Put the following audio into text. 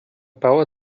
bauer